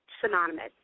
synonymous